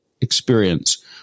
experience